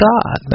God